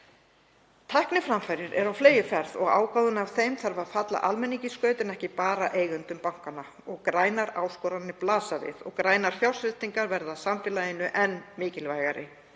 Tækniframfarir eru á fleygiferð og ágóðinn af þeim þarf að falla almenningi í skaut en ekki bara eigendum bankanna. Grænar áskoranir blasa við og grænar fjárfestingar verða samfélaginu enn mikilvægari